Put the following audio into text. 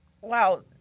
Wow